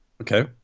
Okay